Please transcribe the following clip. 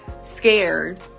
scared